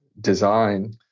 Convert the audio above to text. design